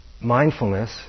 mindfulness